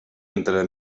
entre